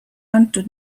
antud